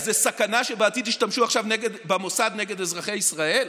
אז יש סכנה שבעתיד ישתמשו במוסד נגד אזרחי ישראל?